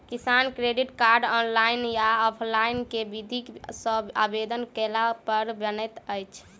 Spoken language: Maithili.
किसान क्रेडिट कार्ड, ऑनलाइन या ऑफलाइन केँ विधि सँ आवेदन कैला पर बनैत अछि?